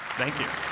thank you.